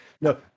No